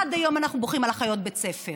ועד היום אנחנו בוכים על אחיות בית ספר.